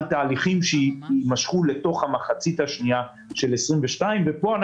תהליכים שיימשכו לתוך המחצית השנייה של שנת 2022. פה,